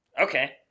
Okay